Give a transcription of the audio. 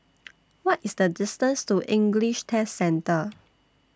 What IS The distance to English Test Centre